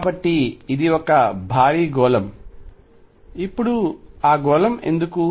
కాబట్టి ఇది ఒక భారీ గోళం ఇప్పుడు ఆ గోళం ఎందుకు